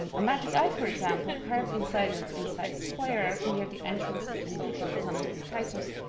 a magic eye, for example, carved inside an inside square near the entrance of the so-called tunnel of titus,